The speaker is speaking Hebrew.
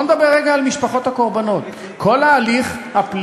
בואו נדבר רגע על משפחות הקורבנות: כל ההליך הפלילי,